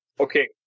Okay